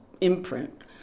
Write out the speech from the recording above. imprint